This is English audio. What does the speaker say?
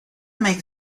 make